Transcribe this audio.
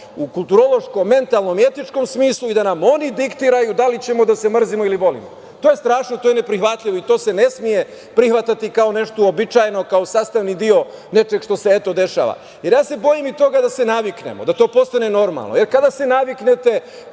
u kulturološkom, mentalnom i etičkom smislu i da nam oni diktiraju da li ćemo da se mrzimo ili volimo. To je strašno i to je ne prihvatljivo i to se ne sme prihvatati kao nešto uobičajeno, kao sastavni deo nečega što se eto dešava. Bojim se toga i da se ne naviknemo, da to postane normalno. Kada se naviknete,